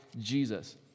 Jesus